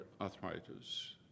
arthritis